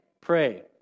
pray